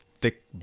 thick